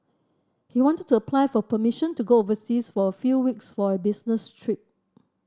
he wanted to apply for permission to go overseas for a few weeks for a business trip